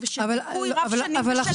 ושל דיכוי רב שנים ושל מחסור במענים.